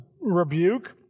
rebuke